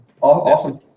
Awesome